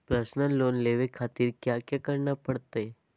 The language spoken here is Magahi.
पर्सनल लोन लेवे खातिर कया क्या करे पड़तइ?